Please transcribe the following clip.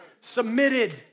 Submitted